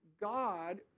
God